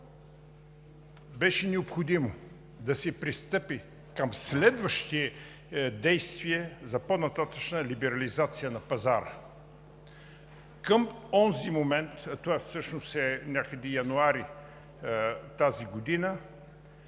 беше необходимо да се пристъпи към следващи действия за по-нататъшна либерализация на пазара. Към онзи момент – това всъщност е някъде месец януари тази година